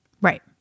Right